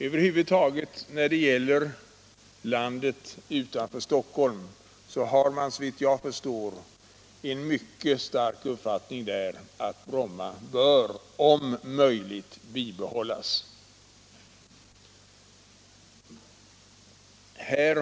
Över huvud taget råder i hela landet utanför Stockholm, såvitt jag förstår, mycket starkt den uppfattningen att Bromma om möjligt bör bibehållas.